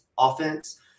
Offense